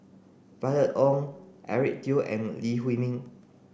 Violet Oon Eric Teo and Lee Huei Min